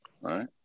right